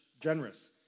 generous